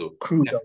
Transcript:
crudo